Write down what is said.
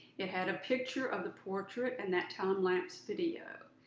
it had a picture of the portrait and that time lapsed video.